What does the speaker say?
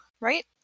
right